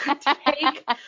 Take